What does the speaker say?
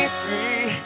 free